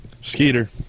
Skeeter